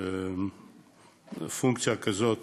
פונקציה כזאת,